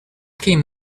came